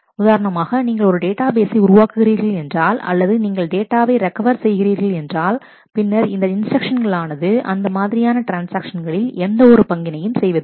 உதாரணமாக நீங்கள் ஒரு டேட்டாபேசை உருவாக்குகிறீர்கள் என்றால் அல்லது நீங்கள் டேட்டாவை ரெக்கவர் செய்கிறீர்கள் என்றால் பின்னர் இந்த இன்ஸ்டிரக்ஷன்கள் ஆனது அந்த மாதிரியான ட்ரான்ஸ்ஆக்ஷன்களில் எந்த ஒரு பங்கினையும் செய்வதில்லை